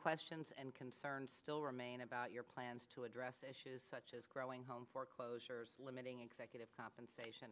questions and concerns still remain about your plans to address issues such as growing home foreclosures limiting executive compensation